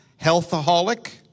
healthaholic